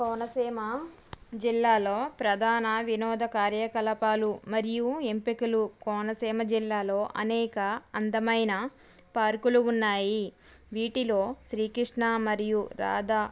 కోనసీమ జిల్లాలో ప్రధాన వినోద కార్యకలాపాలు మరియు ఎంపికలు కోనసీమ జిల్లాలో అనేక అందమైన పార్కులు ఉన్నాయి వీటిలో శ్రీకృష్ణ మరియు రాధా